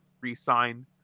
re-sign